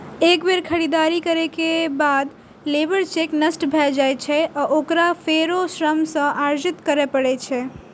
एक बेर खरीदारी के बाद लेबर चेक नष्ट भए जाइ छै आ ओकरा फेरो श्रम सँ अर्जित करै पड़ै छै